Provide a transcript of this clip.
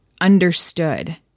understood